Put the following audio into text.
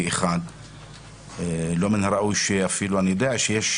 לא מן הראוי שיתקיים